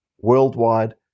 worldwide